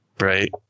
Right